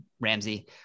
ramsey